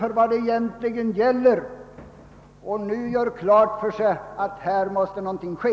— för vad det egentligen gäller och nu gör klart för sig att här måste någonting ske.